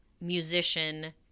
musician